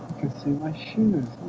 see my shoes.